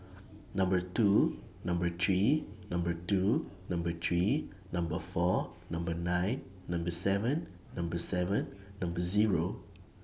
Number two Number three Number two Number three Number four Number nine Number seven Number seven Number Zero